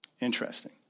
Interesting